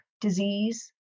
disease